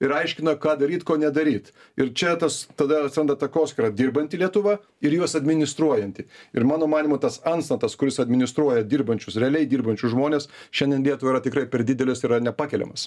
ir aiškina ką daryt ko nedaryt ir čia tas tada atsiranda takoskyra dirbanti lietuva ir juos administruojanti ir mano manymu tas antstatas kuris administruoja dirbančius realiai dirbančius žmones šiandien lietuvai yra tikrai per didelius yra nepakeliamas